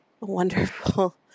wonderful